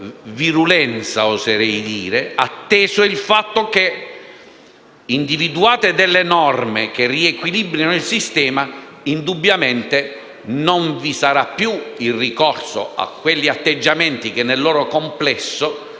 di virulenza - oserei dire - atteso il fatto che, individuate delle norme che riequilibrano il sistema, indubbiamente non vi sarà più il ricorso a quegli atteggiamenti che nel loro complesso hanno